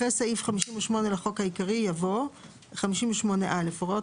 אחרי סעיף 58 לחוק העיקרי יבוא: 58א. הוראות